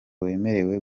wemerewe